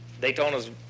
daytona's